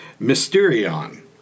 mysterion